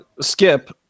Skip